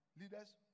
leaders